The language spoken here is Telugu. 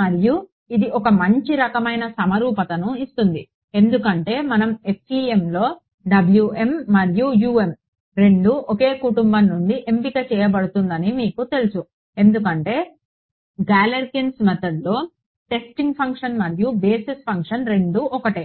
మరియు ఇది ఒక మంచి రకమైన సమరూపతను ఇస్తుంది ఎందుకంటే మనం FEMలో మరియు రెండు ఒకే కుటుంబం నుండి ఎంపిక చేయబడుతుందని మీకు తెలుసు ఎందుకంటే గాలెర్కిన్స్ మెథడ్లోGalerkin's method టెస్టింగ్ ఫంక్షన్ మరియు బేసిస్ ఫంక్షన్ రెండు ఒక్కటే